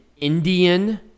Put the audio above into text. Indian